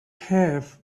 have